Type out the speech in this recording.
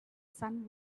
sun